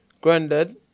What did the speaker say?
granddad